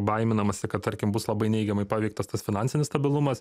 baiminamasi kad tarkim bus labai neigiamai paveiktas tas finansinis stabilumas